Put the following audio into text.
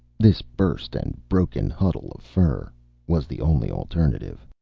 this burst and broken huddle of fur was the only alternative.